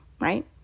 Right